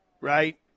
right